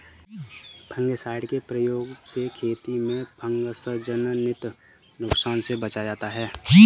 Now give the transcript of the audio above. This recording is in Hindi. फंगिसाइड के प्रयोग से खेती में फँगसजनित नुकसान से बचा जाता है